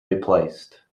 replaced